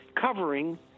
covering